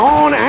on